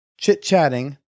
Chit-chatting